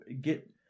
get